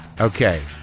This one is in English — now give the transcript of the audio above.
Okay